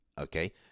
okay